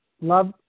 love